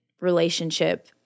relationship